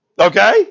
okay